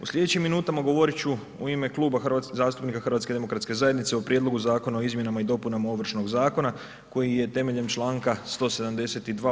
U slijedećim minutama govorit ću u ime Kluba zastupnika HDZ-a o prijedlogu Zakona o izmjenama i dopunama Ovršnog zakona koji je temeljem čl. 172.